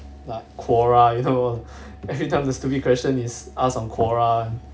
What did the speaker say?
like quora you know every time the stupid question is asked on quora